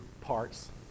parts